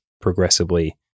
progressively